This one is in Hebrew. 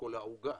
העוגה